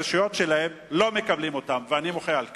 ברשויות שלהם, ולא מקבלים אותם, ואני מוחה על כך.